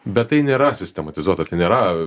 bet tai nėra sistematizuota tai nėra